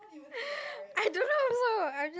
I don't know also I just